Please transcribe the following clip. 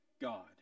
God